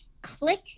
click